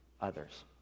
others